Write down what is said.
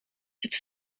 het